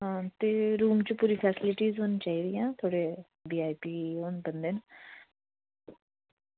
ते रूम च पूरी फेस्लिटियां होनी चाही दियां थोह्ड़े ओह् न बंदे वीआईपी न